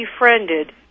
befriended